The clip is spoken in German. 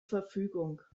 verfügung